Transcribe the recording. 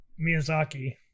Miyazaki